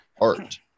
Art